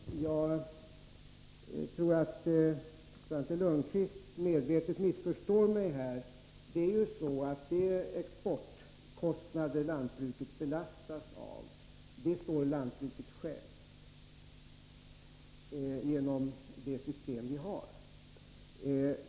Herr talman! Jag tror att Svante Lundkvist medvetet missförstår mig. De exportkostnader lantbruket belastas av står lantbruket självt för genom det system vi har.